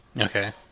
Okay